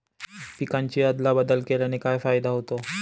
पिकांची अदला बदल केल्याने काय फायदा होतो?